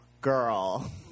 girl